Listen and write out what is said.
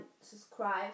subscribe